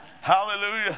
Hallelujah